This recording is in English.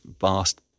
vast